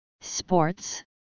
sports